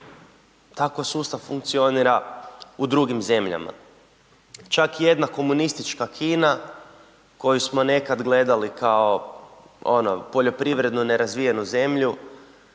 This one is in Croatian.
Tako sustav funkcionira u drugim zemljama, čak i jedna komunistička Kina koju smo nekad gledali kao ono poljoprivredno nerazvijenu zemlju